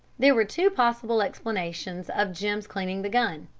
there were two possible explanations of jim's cleaning the gun,